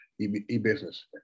e-business